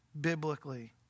biblically